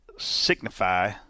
Signify